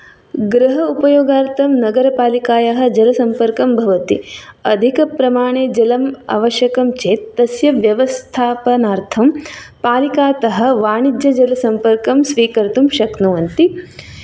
गृह उपयोगार्थं नगरपालिकायाः जलसम्पर्कं भवति अधिकप्रमाणे जलम् आवश्यकं चेत् तस्य व्यवस्थापनार्थं पालिकातः वाणिज्यजलसम्पर्कं स्वीकर्तुं शक्नुवन्ति